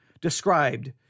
described